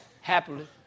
Happily